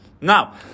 Now